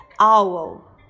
Owl